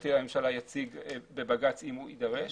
המשפטי לממשלה יציג בבג"ץ, אם יידרש.